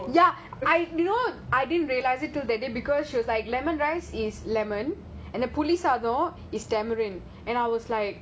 ya I you know I didn't realize it till that day because she was like lemon rice is lemon and puli satham satham is tamarind and I was like